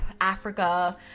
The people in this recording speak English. Africa